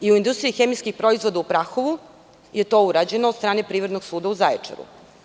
U industriji hemijskih proizvoda u Prahovu je to urađeno od strane Privrednog suda u Zaječaru.